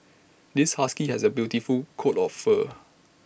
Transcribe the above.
this husky has A beautiful coat of fur